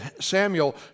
Samuel